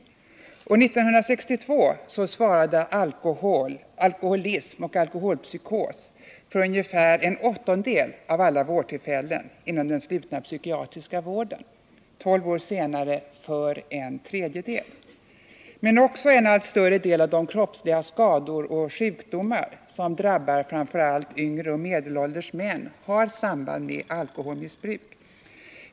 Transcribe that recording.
År 1962 svarade alkoholism och alkoholpsykos för ungefär en åttondel av alla vårdtillfällen inom den slutna psykiatriska vården, tolv år senare för en tredjedel. Men också en allt större del av de kroppsliga skador och sjukdomar som drabbar framför allt yngre och medelålders män har samband med alkoholmissbruk.